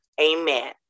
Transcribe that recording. Amen